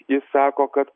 jis sako kad